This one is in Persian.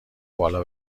بالا